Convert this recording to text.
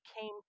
came